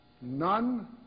None